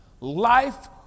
life